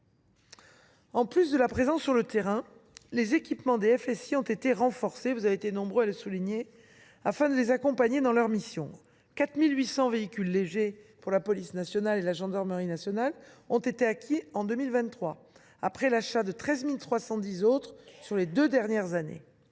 En plus de la présence sur le terrain, les FSI ont connu un renforcement en matière d’équipements – vous avez été nombreux à le souligner –, afin de les accompagner dans leurs missions. Quelque 4 800 véhicules légers pour la police nationale et la gendarmerie nationale ont été acquis en 2023, après l’achat de 13 310 autres sur les deux dernières années.